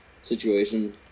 situation